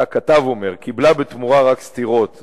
זה הכתב אומר, קיבלה בתמורה רק סטירות.